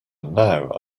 now